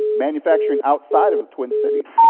manufacturing outside of the twin cities,